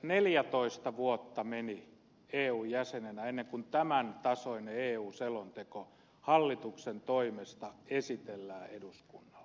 neljätoista vuotta meni eun jäsenenä ennen kuin tämän tasoinen eu selonteko hallituksen toimesta esitellään eduskunnalle neljätoista vuotta